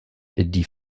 die